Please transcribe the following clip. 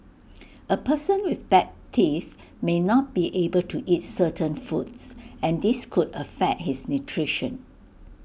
A person with bad teeth may not be able to eat certain foods and this could affect his nutrition